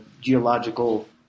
geological